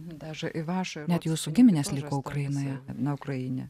dažnai įrašo net jūsų giminės liko ukrainoje na ukraine